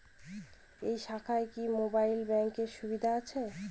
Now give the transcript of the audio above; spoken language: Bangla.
এই শাখায় কি মোবাইল ব্যাঙ্কের সুবিধা আছে?